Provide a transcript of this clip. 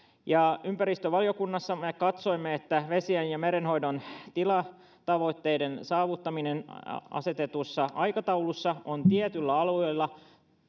ympäristövaliokunnassa katsoimme että vesien ja merenhoidon tilatavoitteiden saavuttaminen asetetussa aikataulussa on tietyillä alueilla